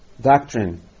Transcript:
doctrine